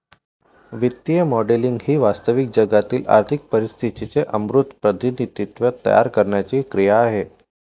वित्तीय मॉडेलिंग ही वास्तविक जगातील आर्थिक परिस्थितीचे अमूर्त प्रतिनिधित्व तयार करण्याची क्रिया आहे